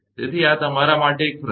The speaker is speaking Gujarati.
તેથી આ તમારા માટે એક પ્રશ્ન છે